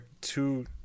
two